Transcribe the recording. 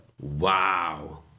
Wow